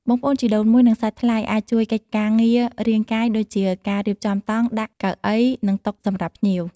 បងប្អូនជីដូនមួយ និងសាច់ថ្លៃអាចជួយកិច្ចការងាររាងកាយ ដូចជាការ រៀបចំតង់ ដាក់ កៅអី និង តុ សម្រាប់ភ្ញៀវ។